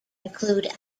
include